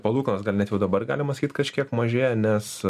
palūkanos gal net jau dabar galima sakyt kažkiek mažėja nes